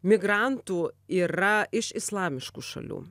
migrantų yra iš islamiškų šalių